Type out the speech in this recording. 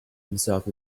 himself